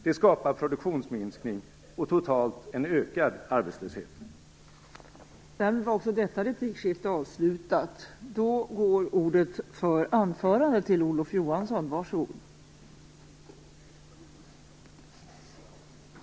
Det skapar produktionsminskning och ger en ökad arbetslöshet totalt.